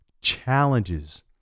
challenges